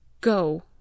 GO